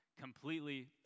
completely